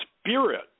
spirit